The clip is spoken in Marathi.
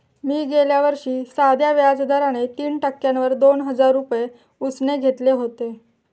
मी गेल्या वर्षी साध्या व्याज दराने तीन टक्क्यांवर दोन हजार रुपये उसने घेतले होते